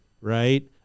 right